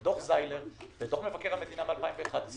דוח זיילר ודוח מבקר המדינה מ-2011,